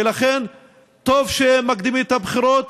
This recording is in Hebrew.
ולכן טוב שמקדימים את הבחירות,